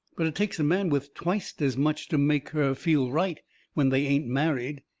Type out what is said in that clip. but it takes a man with twicet as much to make her feel right when they ain't married.